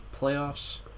playoffs